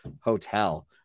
Hotel